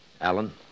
Alan